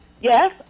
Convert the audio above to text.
Yes